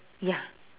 ya